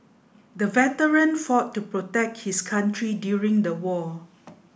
the veteran fought to protect his country during the war